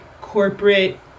corporate